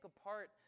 apart